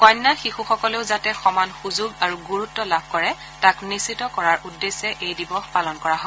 কন্যা শিশুসকলেও যাতে সমান সুযোগ আৰু গুৰুত্ লাভ কৰে তাক নিশ্চিত কৰাৰ উদ্দেশ্যে এই দিৱস পালন কৰা হয়